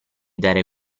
dare